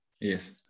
Yes